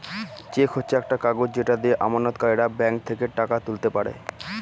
check হচ্ছে একটা কাগজ যেটা দিয়ে আমানতকারীরা ব্যাঙ্ক থেকে টাকা তুলতে পারে